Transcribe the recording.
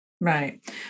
Right